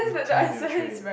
turn your tray